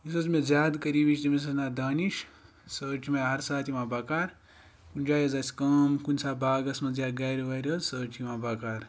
یُس حظ مےٚ زیادٕ قریٖبی چھِ تٔمِس حظ چھُ ناو دانِش سُہ حظ چھِ مےٚ ہَر ساتہٕ یِوان بَکار کُنہِ جایہِ حظ آسہِ کٲم کُنہِ ساتہٕ باغَس منٛز یا گَرِ وَرِ حظ سُہ حظ چھِ یِوان بَکار